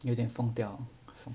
有点疯掉